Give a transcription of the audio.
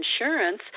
insurance